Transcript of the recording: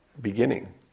beginning